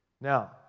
Now